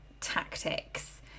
tactics